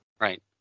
Right